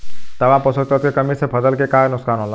तांबा पोषक तत्व के कमी से फसल के का नुकसान होला?